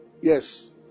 Yes